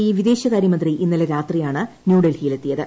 E വിദേശകാര്യമന്ത്രി ഇന്നലെ രാത്രിയാണ് ന്യൂഡൽഹിയിൽ എത്തിയത്